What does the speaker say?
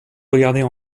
regarder